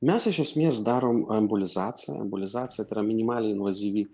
mes iš esmės darom embolizaciją embolizacija tai yra minimaliai invazyvi